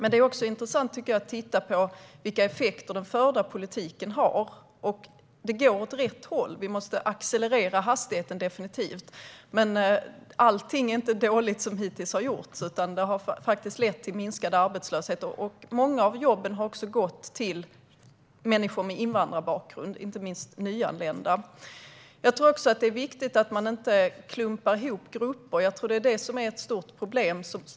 Det är också intressant att titta på vilka effekter som den förda politiken har. Det går åt rätt håll, men vi måste definitivt accelerera hastigheten. Men allting som hittills har gjorts är inte dåligt, utan det har faktiskt lett till minskad arbetslöshet. Många av jobben har också gått till människor med invandrarbakgrund, inte minst till nyanlända. Det är också viktigt att man inte klumpar ihop grupper. Jag tror att det är det som är ett stort problem.